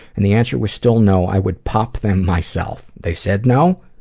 and the answer was still no, i would pop them myself. they said no.